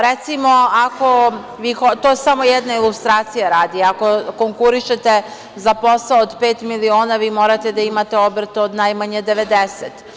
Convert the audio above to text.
Recimo, to je samo jedne ilustracije radi, ako konkurišete za posao od pet miliona vi morate da imate obrt od najmanje 90.